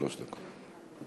שלוש דקות.